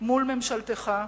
מול ממשלתך,